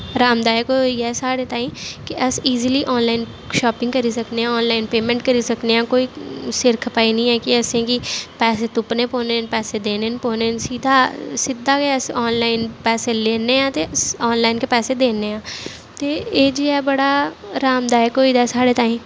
अरामदायक होई गेआ ऐ साढ़े ताईं कि अस ईजली आनलाइन शापिंग करी सकने आं आनलाइन पेमैंट करी सकने आं कोई सिर खपाई निं ऐ कि असेंगी पैसे तुप्पने पौने न पैसे देने पौने न सिद्धा सिद्धा गै अस आनलाइन पैसे लैन्ने आं ते आनलाइन गै पैसे दिन्ने आं ते एह् जेहा बड़ा अरामदायक होई गेदा ऐ साढ़े ताईं